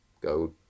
go